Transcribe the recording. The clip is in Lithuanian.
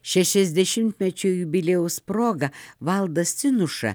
šešiasdešimtmečio jubiliejaus proga valdas cinuša